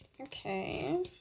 Okay